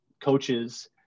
coaches